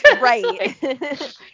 Right